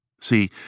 See